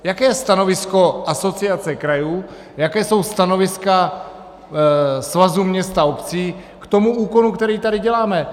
Jaké je stanovisko Asociace krajů, jaká jsou stanoviska Svazu měst a obcí k tomu úkonu, který tady děláme?